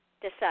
decide